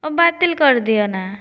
ଅ ବାତିଲ କରିଦିଅ ନା